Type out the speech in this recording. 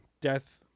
Death